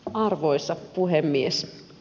arvoisa puhemies